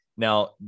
Now